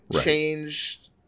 changed